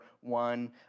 one